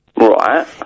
Right